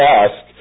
ask